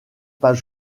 pas